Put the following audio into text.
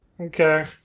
Okay